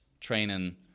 training